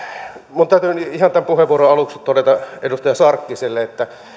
minun täytyy nyt ihan tämän puheenvuoron aluksi todeta edustaja sarkkiselle että